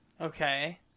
Okay